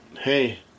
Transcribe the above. hey